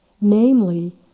Namely